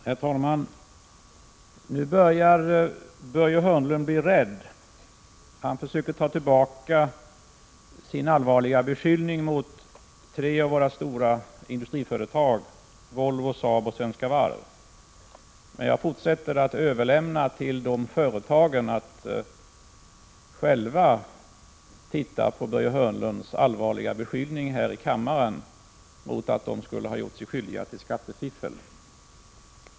Herr talman! Nu börjar Börje Hörnlund bli rädd. Han försöker ta tillbaka sin allvarliga beskyllning mot tre av våra stora industriföretag, Volvo, Saab och Svenska Varv. Men jag fortsätter att överlämna till de företagen att själva titta på Börje Hörnlunds allvarliga beskyllning här i kammaren, att de skulle ha gjort sig skyldiga till skattefiffel.